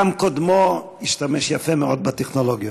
גם קודמו השתמש יפה מאוד בטכנולוגיות.